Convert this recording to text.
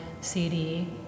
CD